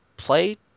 play